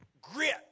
grit